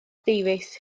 davies